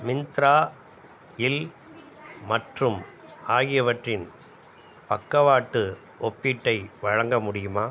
மிந்த்ரா இல் மற்றும் ஆகியவற்றின் பக்கவாட்டு ஒப்பீட்டை வழங்க முடியுமா